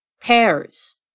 Pears